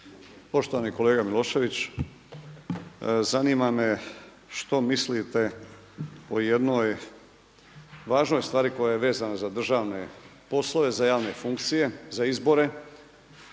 Poštovani kolega Milošević. Zanima me što mislite o jednoj važnoj stvari koja je vezana za državne poslove, za javne funkcije, za izbore,